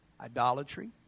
idolatry